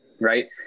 Right